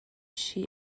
she